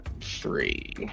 three